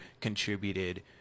contributed